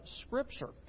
Scripture